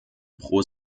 pro